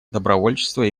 добровольчество